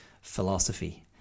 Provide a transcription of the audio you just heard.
philosophy